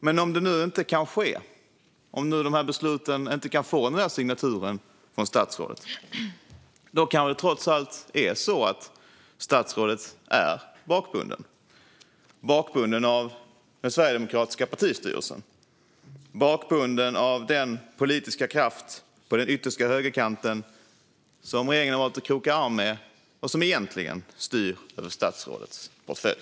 Men om det nu inte kan ske, om dessa beslut inte kan få denna signatur från statsrådet, då kanske det trots allt är så att statsrådet är bakbunden av den sverigedemokratiska partistyrelsen, bakbunden av den politiska kraft på den yttersta högerkanten som regeringen har valt att kroka arm med och som egentligen styr över statsrådets portfölj.